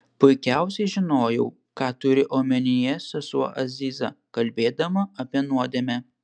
puikiausiai žinojau ką turi omenyje sesuo aziza kalbėdama apie nuodėmę